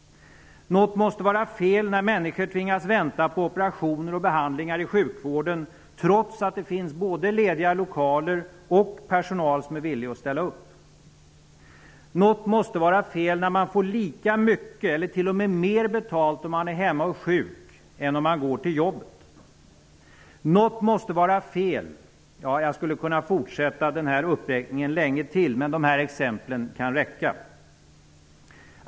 Något måste vara fel när människor tvingas vänta på operationer och behandlingar i sjukvården trots att det finns både lediga lokaler och personal som är villig att ställa upp. Något måste vara fel när man får lika mycket eller t.o.m. mer betalt om man är hemma och sjuk än om man går till jobbet. Något måste vara fel -- ja, jag skulle kunna fortsätta den här uppräkningen länge till, men de här exemplen kan räcka.